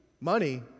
money